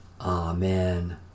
Amen